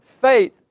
faith